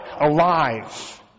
alive